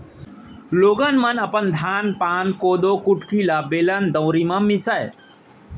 लोगन मन अपन धान पान, कोदो कुटकी ल बेलन, दउंरी म मीसय